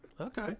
Okay